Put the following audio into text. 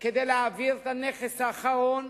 כדי להעביר את הנכס האחרון,